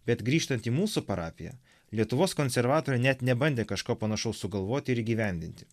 bet grįžtant į mūsų parapiją lietuvos konservatoriai net nebandė kažko panašaus sugalvoti ir įgyvendinti